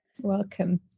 Welcome